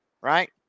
right